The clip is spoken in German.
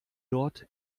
dort